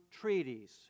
treaties